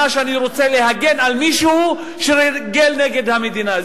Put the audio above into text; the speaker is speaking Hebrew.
שאני רוצה להגן על מישהו שריגל נגד המדינה.